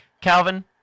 Calvin